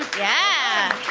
yeah.